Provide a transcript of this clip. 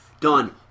done